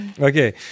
Okay